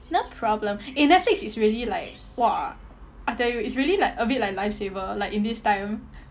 no problem eh netlix is really like !wah! I tell you it's really like a bit like life saver like in this time